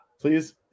Please